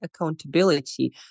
accountability